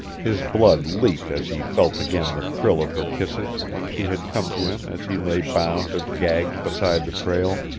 his blood leaped as he felt again the thrill of her kisses when she had come to him as he lay bound and gagged beside the trail.